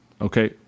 Okay